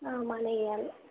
money ఇవ్వాలి